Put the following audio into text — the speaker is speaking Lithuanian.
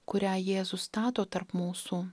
kurią jėzus stato tarp mūsų